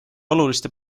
oluliste